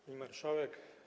Pani Marszałek!